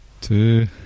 Two